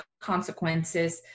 consequences